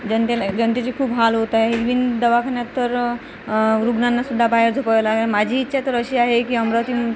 जनतेनं जनतेचे खूप हाल होत आहे इरविन दवाखान्यात तर रुग्णांनासुद्धा बाहेर झोपावे लागते माझी इच्छा तर अशी आहे की अमरावती